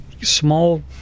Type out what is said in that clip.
small